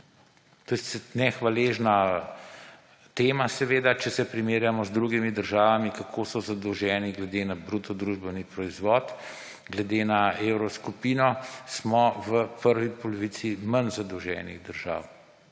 to je nehvaležna tema, če se primerjamo z drugimi državami, kako so zadolžene glede na bruto družbeni proizvod, glede na evroskupino, smo v prvi polovici manj zadolženih držav.